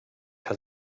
has